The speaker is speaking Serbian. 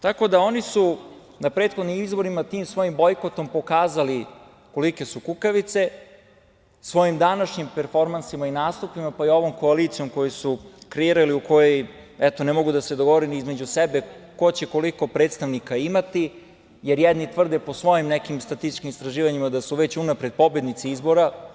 Tako da, oni su na prethodnim izborima tim svojim bojkotom pokazali kolike su kukavice, svojim današnjim performansima i nastupima, pa i ovom koalicijom koju su kreirali u kojoj, eto, ne mogu da se dogovore ni između sebe ko će koliko predstavnika imati, jer jedni tvrde po svojim nekim statističkim istraživanjima da su već unapred pobednici izbora.